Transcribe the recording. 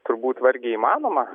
turbūt vargiai įmanoma